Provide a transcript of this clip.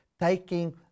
taking